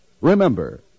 Remember